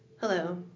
Hello